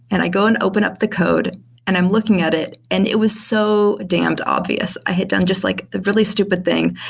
and i go and open up the code and i'm looking at it and it was so damned obvious. i had done just like a really stupid thing.